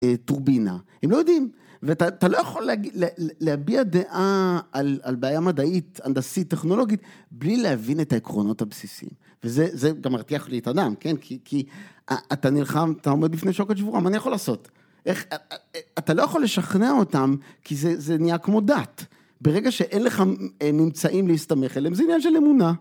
טורבינה, הם לא יודעים ואתה לא יכול להביע דעה על בעיה מדעית, הנדסית, טכנולוגית, בלי להבין את העקרונות הבסיסיים וזה גם מרתיח לי ת'דם, כן? כי אתה נלחם, אתה עומד לפני שוק שבורה, מה אני יכול לעשות? איך, אתה לא יכול לשכנע אותם כי זה נהיה כמו דת, ברגע שאין לך ממצאים להסתמך עליהם, זה עניין של אמונה